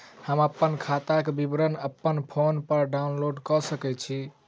हम अप्पन खाताक विवरण अप्पन फोन पर डाउनलोड कऽ सकैत छी?